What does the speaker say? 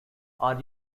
are